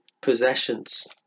possessions